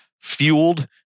fueled